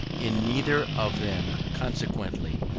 in neither of them, consequently,